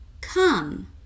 come